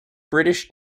british